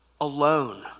alone